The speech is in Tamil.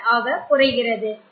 38 ஆக குறைகிறது